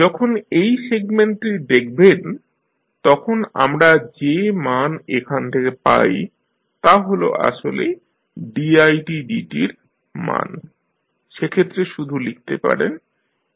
যখন এই সেগমেন্টটি দেখবেন তখন আমরা যে মান এখান থেকে পাই তা' হল আসলে didt র মান সেক্ষেত্রে শুধু লিখতে পারেন sI